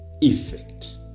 effect